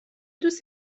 دوست